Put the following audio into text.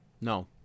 No